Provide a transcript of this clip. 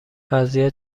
وضعیت